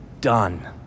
done